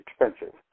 expensive